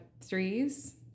Threes